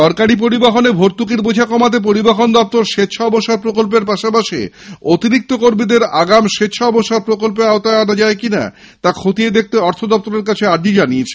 সরকারি পরিবহনে ভর্তূকির বোঝা কমাতে পরিবহন দপ্তর স্বেচ্ছাবসর প্রকল্পের পাশাপাশি অতিরিক্ত কর্মীদের আগাম স্বেচ্ছাবসর প্রকল্পে ই আর এস র আওতায় আনা যায় কিনা তা খতিয়ে দেখতে অর্থ দপ্তরের কাছে আর্জি জানিয়েছে